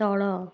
ତଳ